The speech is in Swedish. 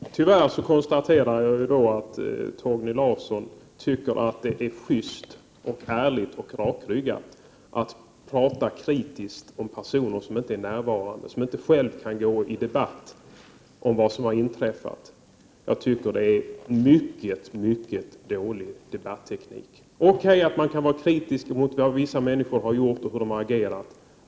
Herr talman! Jag konstaterar att Torgny Larsson tyvärr tycker att det är schyst, ärligt och rakryggat att uttala sig kritiskt om personer som inte är närvarande och som själva inte kan delta i en diskussion om vad som har inträffat. Jag tycker att detta är en mycket dålig debatteknik. Det är okej att vara kritisk mot vad vissa människor har gjort och hur de har agerat.